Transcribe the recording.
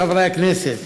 חברי הכנסת,